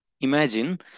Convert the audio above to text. Imagine